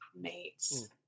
mates